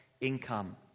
income